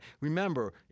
Remember